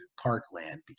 parkland